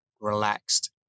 relaxed